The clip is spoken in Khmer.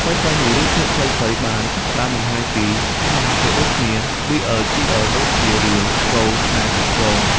ថ្មីៗនេះ រឿងភាគខ្លីៗបានចាប់ផ្តើមបង្ហាញពី ស្នេហាភេទដូចគ្នា BL/GL ដូចជារឿង "កូស្នេហ៍សិស្សច្បង"។